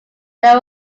there